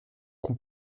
qu’on